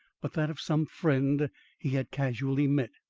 but that of some friend he had casually met.